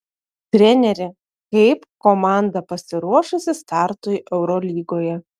treneri kaip komanda pasiruošusi startui eurolygoje